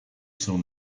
son